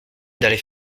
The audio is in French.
d’aller